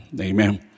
Amen